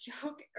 joke